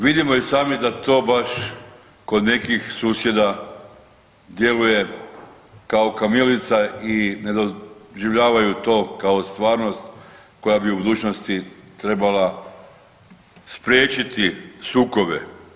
Vidimo i sami da to baš kod nekih susjeda djeluje kao kamilica i ne doživljavaju to kao stvarnost koja bi u budućnosti trebala spriječiti sukobe.